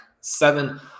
seven